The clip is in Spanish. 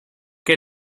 que